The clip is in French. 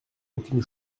aucune